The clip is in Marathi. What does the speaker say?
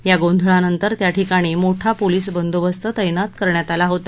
या गोंधळानंतर त्याठिकाणी मोठा पोलीस बंदोबस्त तैनात करण्यात आला होता